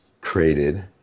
Created